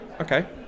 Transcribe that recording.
Okay